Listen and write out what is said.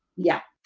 yeah.